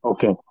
Okay